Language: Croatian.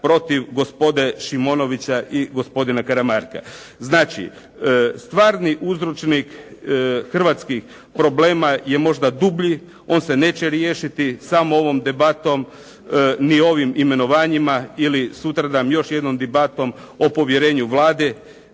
protiv gospode Šimonovića i gospodina Karamarka. Znači, stvarni uzročnik hrvatskih problema je možda dublji, on se neće riješiti samo ovom debatom ni ovim imenovanjima ili sutradan još jednom debatom o povjerenju Vladi.